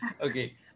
Okay